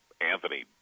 Anthony